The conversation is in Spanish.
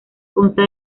consta